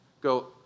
go